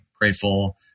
grateful